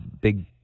big